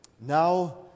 now